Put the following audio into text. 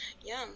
Yum